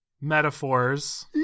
metaphors